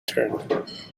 turned